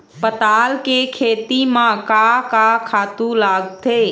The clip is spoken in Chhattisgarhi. पताल के खेती म का का खातू लागथे?